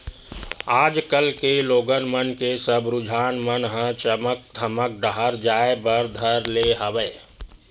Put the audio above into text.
आज कल के लोगन मन के सब रुझान मन ह चमक धमक डाहर जाय बर धर ले हवय